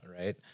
right